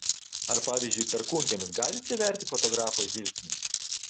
ar pavyzdžiui perkūnkiemis gali atsiverti fotografo žvilgsniui